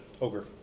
Ogre